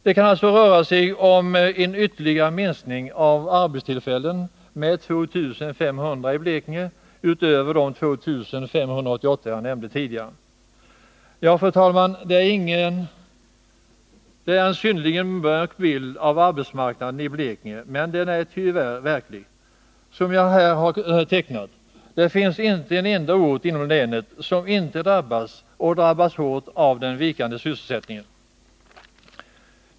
Det kan alltså röra sig om en ytterligare minskning av arbetstillfällen i Blekinge med 2 500 utöver de 2 588 som jag nämnde tidigare. Fru talman! Jag har tecknat en synnerligen mörk bild av arbetsmarknaden i Blekinge, men den är tyvärr verklig. Det finns inte en enda ort inom länet som inte drabbas och drabbas hårt av den vikande sysselsättningen.